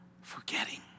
forgetting